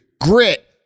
grit